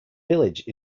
village